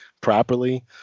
properly